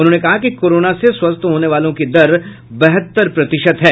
उन्होंने कहा कि कोरोना से स्वस्थ होने वालों की दर बहत्तर प्रतिशत है